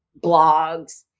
blogs